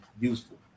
useful